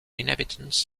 inhabitants